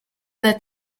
that